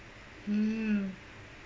hmm